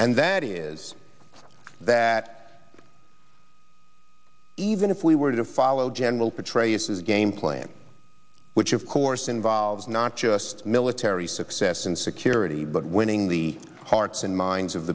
and that is that even if we were to follow general petraeus as game plan which of course involves not just military success and security but winning the hearts and minds of